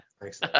Thanks